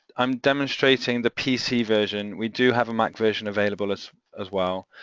i'm demonstrating the pc version. we do have a mac version available as as well.